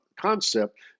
concept